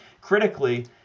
critically